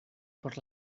por